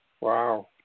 Wow